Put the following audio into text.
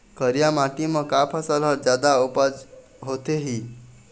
करिया माटी म का फसल हर जादा उपज होथे ही?